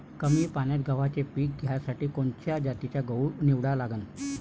कमी पान्यात गव्हाचं पीक घ्यासाठी कोनच्या जातीचा गहू निवडा लागन?